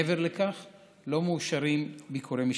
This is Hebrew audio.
מעבר לכך לא מאושרים ביקורי משפחות.